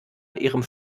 ihrem